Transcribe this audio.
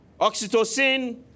Oxytocin